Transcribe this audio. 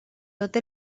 tot